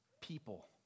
people